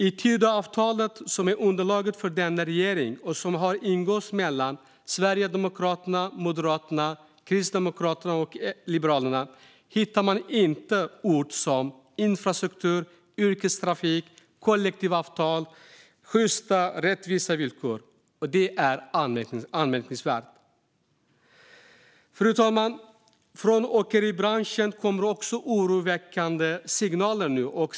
I Tidöavtalet, som har ingåtts mellan Sverigedemokraterna, Moderaterna, Kristdemokraterna och Liberalerna och som är underlaget för denna regering, hittar man inte ord som infrastruktur, yrkestrafik, kollektivavtal eller sjysta och rättvisa villkor. Det är anmärkningsvärt. Fru talman! Från åkeribranschen kommer nu också oroväckande signaler.